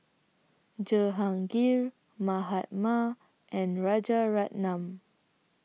Jehangirr Mahatma and Rajaratnam